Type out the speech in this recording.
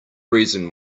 reason